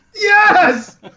Yes